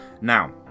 Now